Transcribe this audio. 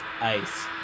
Ice